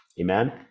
Amen